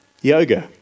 Yoga